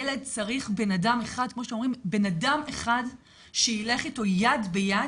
ילד צריך בנאדם אחד שילך איתו יד ביד